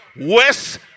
west